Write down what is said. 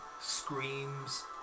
screams